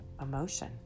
emotion